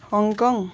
Hong Kong